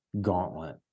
gauntlet